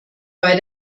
bei